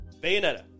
Bayonetta